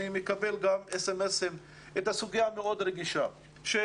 אני מקבל מסרונים לגבי סוגיה מאוד רגישה של